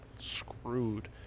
screwed